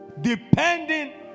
depending